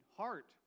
heart